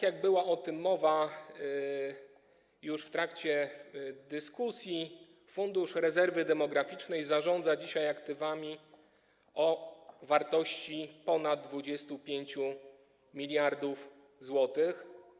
Jak była o tym mowa już w trakcie dyskusji, Fundusz Rezerwy Demograficznej zarządza dzisiaj aktywami o wartości ponad 25 mld zł.